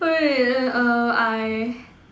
wait err I